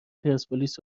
پرسپولیس